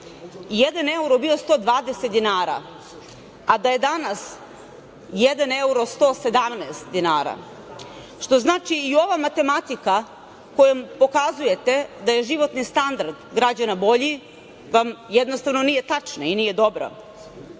euro bio 120 dinara, a da je danas jedan euro 117 dinara, što znači da ova matematika kojom pokazujete da je životni standard građana bolji jednostavno nije tačna, nije dobra.